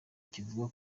kivuga